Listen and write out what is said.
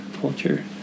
culture